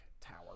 Tower